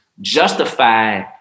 justify